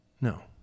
No